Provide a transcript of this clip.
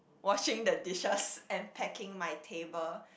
washing the dishes and packing my table